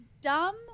dumb